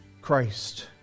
Christ